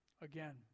again